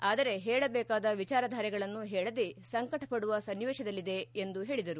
ಆದರೆ ಹೇಳದೇಕಾದ ವಿಚಾರಧಾರೆಗಳನ್ನು ಹೇಳದೆ ಸಂಕಟಪಡುವ ಸನ್ನಿವೇಶದಲ್ಲಿದೆ ಎಂದು ಹೇಳಿದರು